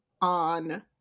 on